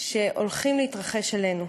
שהולכים להתרגש עלינו.